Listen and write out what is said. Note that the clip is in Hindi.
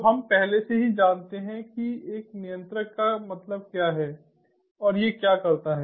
तो हम पहले से ही जानते हैं कि एक नियंत्रक का मतलब क्या है और यह क्या करता है